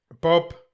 Bob